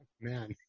man